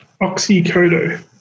Oxycodone